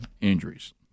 injuries